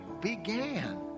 began